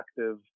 active